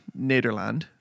Nederland